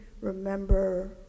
remember